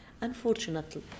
unfortunately